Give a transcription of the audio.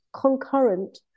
concurrent